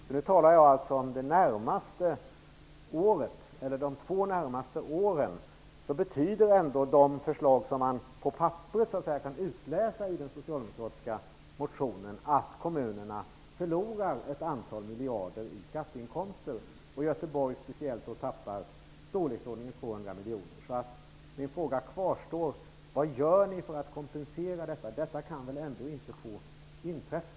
Nu talar jag således om de två nästkommande åren. Då betyder de förslag som man kan utläsa på papperet ur den socialdemokratiska motionen att kommunerna förlorar ett antal miljarder i skatteinkomster. Göteborg förlorar i storleksordningen 200 miljoner. Min fråga kvarstår: Vad gör ni för att kompensera detta? Detta kan väl ändå inte få inträffa?